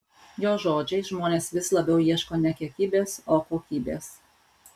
jos žodžiais žmonės vis labiau ieško ne kiekybės o kokybės